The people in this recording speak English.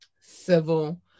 Civil